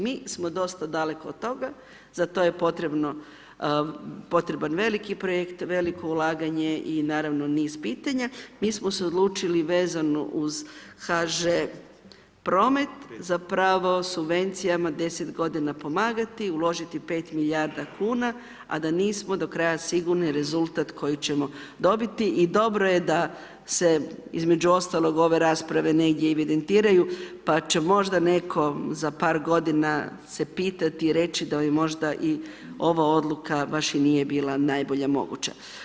Mi smo dosta daleko od toga, za to je potreban veliki projekt, veliko ulaganje i naravno niz pitanja, mi smo se odlučili vezano uz HŽ promet zapravo subvencijama 10 g. pomagati, uložiti 5 milijarda kuna a da nismo do kraja sigurni rezultat koji ćemo dobiti i dobro je da se između ostalog ove rasprave negdje evidentiraju pa će možda netko za par godina se pitati i reći da možda i ova odluka baš i nije bila najbolje moguća.